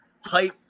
hype